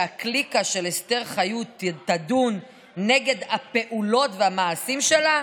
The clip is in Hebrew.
שהקליקה של אסתר חיות תדון נגד הפעולות והמעשים שלה?